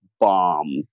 bomb